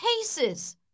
cases